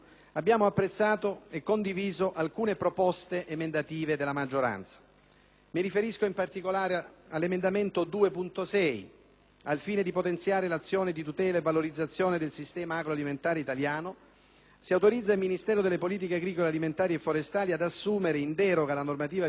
Mi riferisco in particolare all'emendamento 2.6, secondo il quale «al fine di potenziare l'azione di tutela e valorizzazione del sistema agroalimentare italiano, il Ministero delle politiche agricole alimentari e forestali è autorizzato ad assumere, in deroga alla normativa vigente, i vincitori e gli idonei dei concorsi conclusi alla data del 31 dicembre 2006,